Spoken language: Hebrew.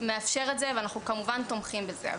מאפשר את זה ואנחנו כמובן תומכים בזה.